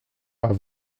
pas